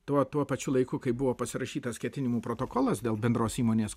tuo tuo pačiu laiku kai buvo pasirašytas ketinimų protokolas dėl bendros įmonės